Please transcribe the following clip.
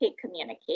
communicate